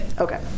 Okay